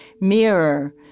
mirror